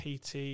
PT